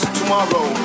tomorrow